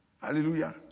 Hallelujah